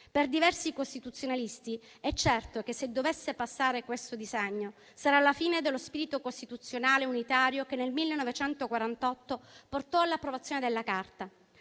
Per diversi costituzionalisti è certo che il passaggio di questo disegno di legge segnerà la fine dello spirito costituzionale unitario che nel 1948 portò all'approvazione della Carta.